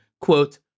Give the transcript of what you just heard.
quote